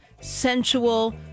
sensual